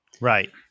right